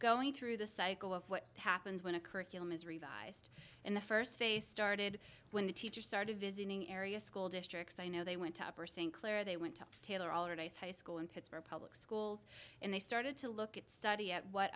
going through the cycle of what happens when a curriculum is revised and the first face started when the teacher started visiting area school districts i know they went up are saying claire they went to taylor all today's high school in pittsburgh public schools and they started to look at study at what